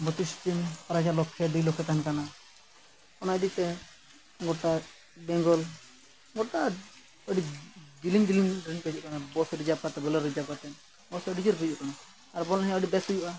ᱵᱚᱛᱤᱥᱴᱤ team prize ᱦᱚᱸ ᱞᱚᱠᱠᱷᱮ ᱫᱩᱭ ᱞᱚᱠᱠᱷᱮ ᱛᱟᱦᱮᱱ ᱠᱟᱱᱟ ᱚᱱᱟ ᱤᱫᱤ ᱛᱮ ᱜᱚᱴᱟ ᱵᱮᱝᱜᱚᱞ ᱜᱚᱴᱟ ᱟᱹᱰᱤ ᱡᱤᱞᱤᱧ ᱡᱤᱞᱤᱧ ᱨᱤᱱ ᱦᱩᱡᱩᱜ ᱠᱟᱱ ᱛᱟᱦᱮᱱᱟ ᱵᱚᱥ ᱨᱤᱡᱟᱨᱵᱷ ᱠᱟᱛᱮ ᱵᱳᱞᱮᱨᱳ ᱨᱤᱡᱟᱨᱵᱷ ᱠᱟᱛᱮ ᱵᱚᱥ ᱟᱹᱰᱤ ᱡᱷᱟᱹᱞ ᱦᱩᱭᱩᱜ ᱠᱟᱱᱟ ᱟᱨ ᱵᱚᱞ ᱮᱱᱮᱡ ᱦᱚᱸ ᱟᱹᱰᱤ ᱵᱮᱥ ᱦᱩᱭᱩᱜᱼᱟ